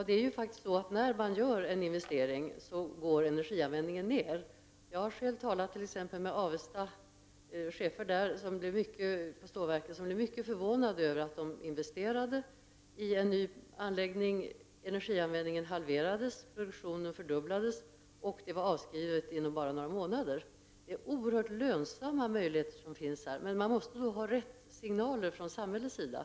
Fru talman! När industrin gör en investering minskar energianvändningen. Jag har själv talat med t.ex. chefer på Avesta som blev mycket förvånade över att investeringen i en ny anläggning resulterade i att energianvändningen halverades, produktionen fördubblades och investeringen var avskriven inom bara några månader. Det finns alltså oerhört lönsamma investeringar att göra i dessa sammanhang, men industriföretagen måste få rätt signaler från samhällets sida.